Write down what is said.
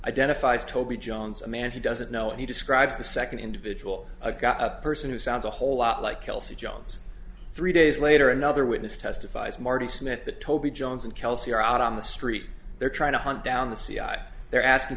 identifies toby jones a man he doesn't know and he describes the second individual i've got a person who sounds a whole lot like kelsey jones three days later another witness testifies marty smith that toby jones and kelsey are out on the street they're trying to hunt down the c i they're asking